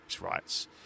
rights